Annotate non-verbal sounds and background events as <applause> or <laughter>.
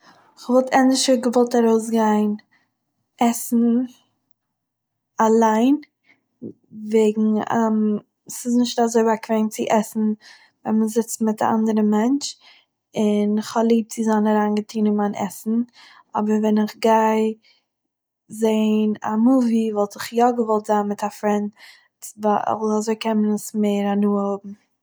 כ'וואלט ענדערשער געוואלט ארויסגיין עסן אליין, וועגן <hesitation> ס'איז נישט אזוי באקוועם צו עסן ווען מען זיצט מיט אן אנדערער מענטש, און איך האב ליב צו זיין אריינגעטוהן אין מיין עסן, אבער ווען איך גיי זעהן א מובי וואלט איך יא געוואלט זיין מיט א פרענד ווייל אזוי קען מען עס מער הנאה האבן